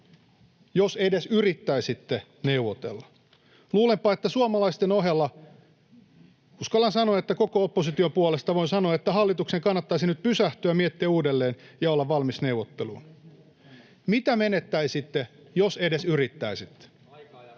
jos edes yrittäisitte neuvotella? Luulenpa, että suomalaisten ohella uskallan koko opposition puolesta sanoa, että hallituksen kannattaisi nyt pysähtyä, miettiä uudelleen ja olla valmis neuvotteluun. Mitä menettäisitte, jos edes yrittäisitte?